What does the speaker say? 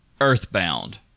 EarthBound